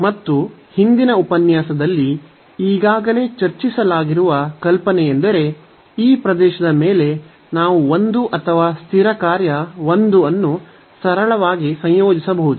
ಮತ್ತು ಹಿಂದಿನ ಉಪನ್ಯಾಸದಲ್ಲಿ ಈಗಾಗಲೇ ಚರ್ಚಿಸಲಾಗಿರುವ ಕಲ್ಪನೆಯೆಂದರೆ ಈ ಪ್ರದೇಶದ ಮೇಲೆ ನಾವು ಒಂದು ಅಥವಾ ಸ್ಥಿರ ಕಾರ್ಯ 1 ಅನ್ನು ಸರಳವಾಗಿ ಸಂಯೋಜಿಸಬಹುದು